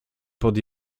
pod